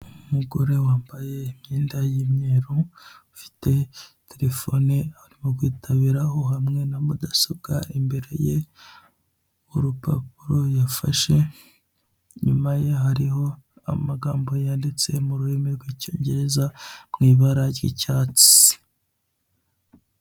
Umugore wambaye imyenda y'imweru ufite terefone arimo kwitabiraho hamwe na mudasobwa, imbere ye urupapuro yafashe inyuma ye hari amagambo yanditse mu ururimi ry'icyongereza mu ibara ry'icyatsi.